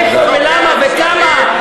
איפה ולמה וכמה.